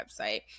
website